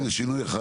הנה שינוי אחד.